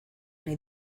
nahi